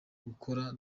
gukora